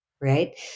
right